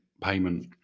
payment